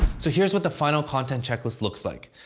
so here's what the final content checklist looks like.